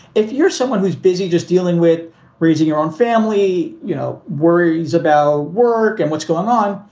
if you're someone who's busy just dealing with raising your own family, no worries about work and what's going on.